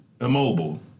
immobile